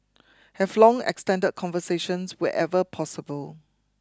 have long extended conversations wherever possible